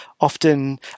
often